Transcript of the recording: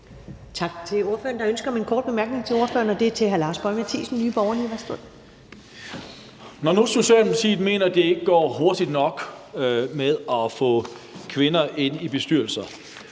Tak til ordføreren. Der er ønske om en kort bemærkning til ordføreren, og det er fra hr. Lars Boje Mathiesen, Nye Borgerlige. Værsgo. Kl. 14:39 Lars Boje Mathiesen (NB): Når nu Socialdemokratiet mener, at det ikke går hurtigt nok med at få kvinder ind i bestyrelser,